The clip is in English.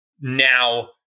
now